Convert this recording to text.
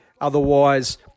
Otherwise